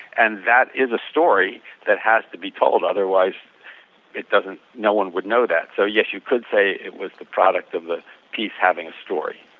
and that is the story that has to be told otherwise it doesn't, no one would know that so yes, you could say it was the product of the piece having a story